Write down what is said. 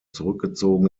zurückgezogen